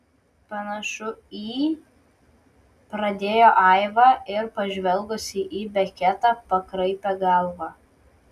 panašu į pradėjo aiva ir pažvelgusi į beketą pakraipė galvą